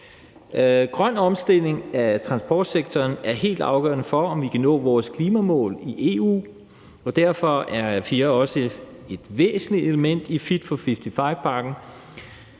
Grøn omstilling af transportsektoren er helt afgørende for, om vi kan nå vores klimamål i EU, og derfor er AFI også et væsentligt element i »Fit for 55«-pakken.